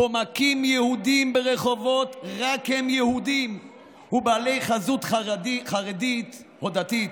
שבו מכים יהודים ברחובות רק כי הם יהודים ובעלי חזות חרדית או דתית,